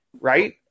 right